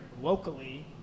locally